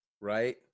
Right